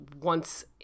once-